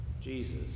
Jesus